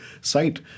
site